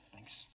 Thanks